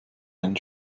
einen